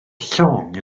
llong